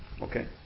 okay